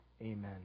Amen